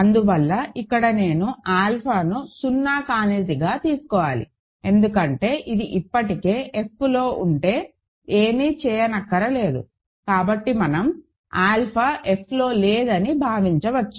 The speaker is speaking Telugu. అందువల్ల ఇక్కడ నేను ఆల్ఫాను సున్నా కానిదిగా తీసుకోవాలి ఎందుకంటే ఇది ఇప్పటికే Fలో ఉంటే ఏమీ చేయనక్కర్లేదు కాబట్టి మనం ఆల్ఫా Fలో లేదని భావించవచ్చు